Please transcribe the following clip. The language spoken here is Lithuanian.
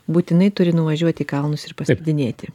būtinai turi nuvažiuoti į kalnus ir paslidinėti